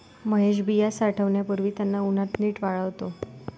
महेश बिया साठवण्यापूर्वी त्यांना उन्हात नीट वाळवतो